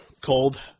cold